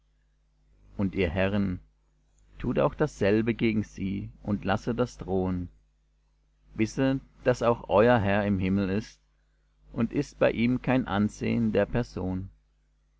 und ihr herren tut auch dasselbe gegen sie und lasset das drohen wisset daß auch euer herr im himmel ist und ist bei ihm kein ansehen der person